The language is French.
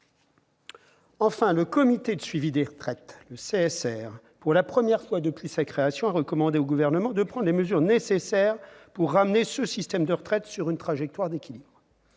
Enfin, le comité de suivi des retraites a, pour la première fois depuis sa création, recommandé au Gouvernement de prendre les mesures nécessaires pour ramener le système de retraites sur une trajectoire d'équilibre.